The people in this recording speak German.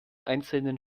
einzelnen